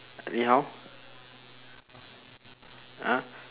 你好 uh